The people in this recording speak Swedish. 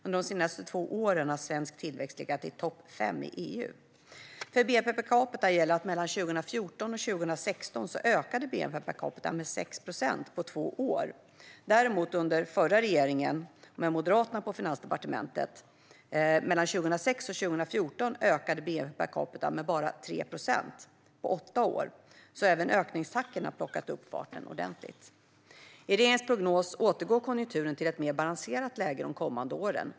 Under de senaste två åren har svensk tillväxt legat i topp fem i EU. För bnp per capita gäller att 2014-2016 ökade bnp per capita med 6 procent på två år. Under förra regeringen med Moderaterna på Finansdepartementet, 2006-2014, ökade däremot bnp per capita med bara 3 procent - på åtta år. Så även den ökningstakten har plockat upp farten ordentligt. I regeringens prognos återgår konjunkturen till ett mer balanserat läge de kommande åren.